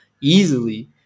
easily